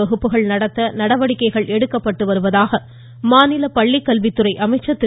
வகுப்புகள் நடத்த நடவடிக்கைகள் எடுக்கப்பட்டு வருவதாக மாநில பள்ளிக்கல்வித்துறை அமைச்சர் திரு